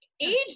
age